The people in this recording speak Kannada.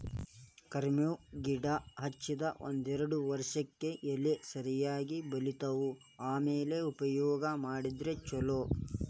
ಕರ್ಮೇವ್ ಗಿಡಾ ಹಚ್ಚದ ಒಂದ್ಯಾರ್ಡ್ ವರ್ಷಕ್ಕೆ ಎಲಿ ಸರಿಯಾಗಿ ಬಲಿತಾವ ಆಮ್ಯಾಲ ಉಪಯೋಗ ಮಾಡಿದ್ರ ಛಲೋ